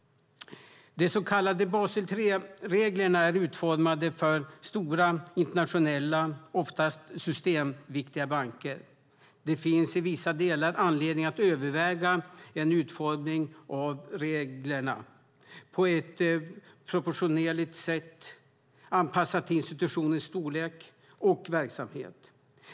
De så kallade Basel III-reglerna är utformade för stora internationella, oftast systemviktiga banker. Det finns i vissa delar anledning att överväga en utformning av reglerna på ett proportionerligt sätt, anpassat till institutens storlek och verksamhet.